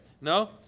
No